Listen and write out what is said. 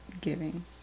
giving